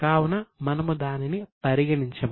కావున మనము దానిని పరిగణించము